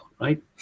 right